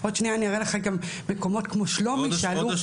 עוד שנייה אני אראה לך גם מקומות כמו